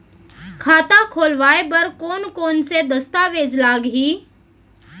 खाता खोलवाय बर कोन कोन से दस्तावेज लागही?